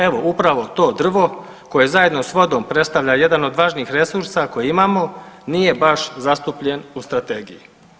Evo upravo to drvo koje zajedno sa vodom predstavlja jedan od važnijih resursa koje imamo nije baš zastupljen u strategiji.